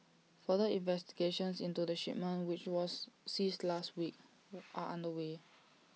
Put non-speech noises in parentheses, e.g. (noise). further investigations into the shipment which was seized last week (noise) are underway